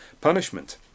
punishment